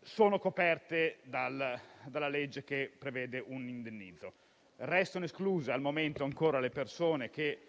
sono coperte dalla legge che prevede un indennizzo. Restano ancora escluse, al momento, le persone che